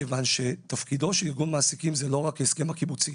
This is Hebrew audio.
כיוון שתפקידו של ארגון מעסיקים זה לא רק ההסכם הקיבוצי.